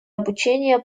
обучения